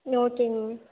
ஓகேங்க